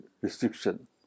restriction